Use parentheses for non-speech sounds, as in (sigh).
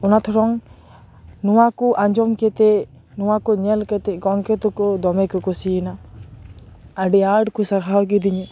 ᱚᱱᱟ ᱛᱮᱲᱚᱝ (unintelligible) ᱱᱚᱣᱟ ᱠᱚ ᱟᱸᱡᱚᱢ ᱠᱟᱛᱮᱜ ᱱᱚᱣᱟ ᱠᱚ ᱧᱮᱞ ᱠᱟᱛᱮᱜ ᱜᱚᱢᱠᱮ ᱛᱟᱠᱚ ᱫᱚᱢᱮ ᱠᱚ ᱠᱩᱥᱤᱭᱮᱱᱟ ᱟᱹᱰᱤ ᱟᱸᱴ ᱠᱚ ᱥᱟᱨᱦᱟᱣ ᱠᱮᱫᱤᱧᱟᱹ